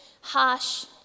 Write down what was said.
harsh